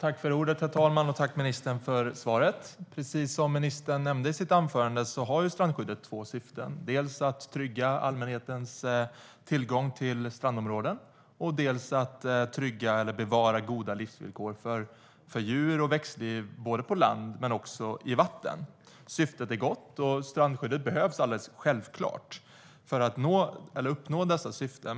Herr talman! Jag tackar ministern för svaret. Precis som ministern nämnde i sitt anförande har strandskyddet två syften, dels att trygga allmänhetens tillgång till strandområden, dels att bevara goda livsvillkor för djur och växter på land och i vatten. Syftet är gott, och strandskyddet behövs självklart för att uppnå dessa syften.